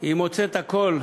היא מוצאת הכול.